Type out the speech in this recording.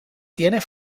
tiene